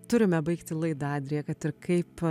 turime baigti laidą adrija kad ir kaip